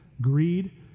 greed